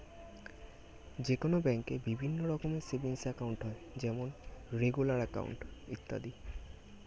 যে কোনো ব্যাঙ্কে বিভিন্ন রকমের সেভিংস একাউন্ট হয় যেমন রেগুলার অ্যাকাউন্ট, ইত্যাদি